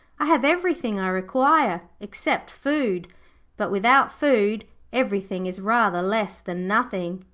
i have everything i require, except food but without food everything is rather less than nothing.